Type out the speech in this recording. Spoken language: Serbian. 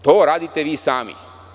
To radite vi sami.